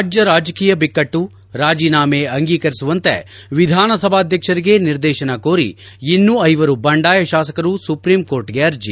ರಾಜ್ಯ ರಾಜಕೀಯ ಬಿಕ್ಕಟ್ಟು ರಾಜೀನಾಮೆ ಅಂಗೀಕರಿಸುವಂತೆ ವಿಧಾನಸಭಾಧ್ಯಕ್ಷರಿಗೆ ನಿರ್ದೇಶನ ಕೋರಿ ಇನ್ನೂ ಐವರು ಬಂಡಾಯ ಶಾಸಕರು ಸುಪ್ರೀಂ ಕೋರ್ಟ್ಗೆ ಅರ್ಜಿ